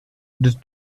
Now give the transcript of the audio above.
des